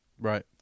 Right